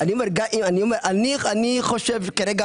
אני חושב כרגע